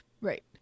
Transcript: right